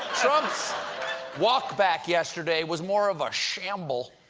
trump's walk-back yesterday was more of a shamble.